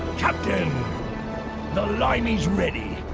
captain the line is ready